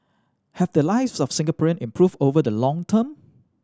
have the lives of Singaporean improved over the long term